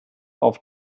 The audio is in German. auf